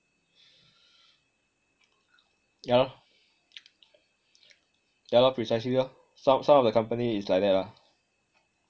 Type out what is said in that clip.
yah lor yah lor precisely lor some some of the company is like ah